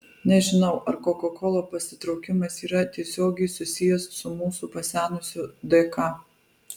nežinau ar koka kola pasitraukimas yra tiesiogiai susijęs su mūsų pasenusiu dk